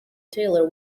tailor